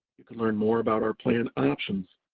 you can learn more about our plan options,